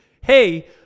hey